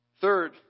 Third